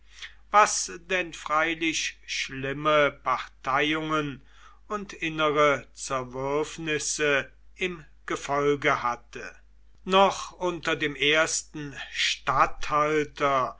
was denn freilich schlimme parteiungen und innere zerwürfnisse im gefolge hatte noch unter dem ersten